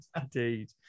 Indeed